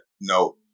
No